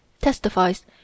testifies